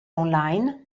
online